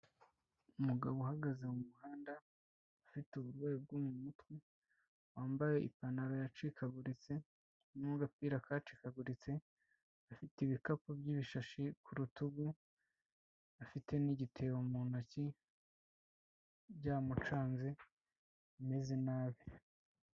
Umugabo uhagaze mu muhanda afite uburwayi bwo mu mutwe, wambaye ipantaro yacikaguritse n'agapira kacikaguritse, afite ibikapu by'ibishashi ku rutugu, afite n'igitebo mu ntoki byamucanze ameze nabi.